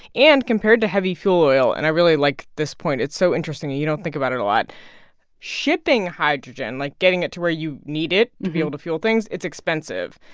and compared to heavy fuel oil and i really like this point it's so interesting, you you don't think about it a lot shipping hydrogen, like, getting it to where you need it to be able to fuel things, it's expensive.